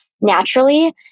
naturally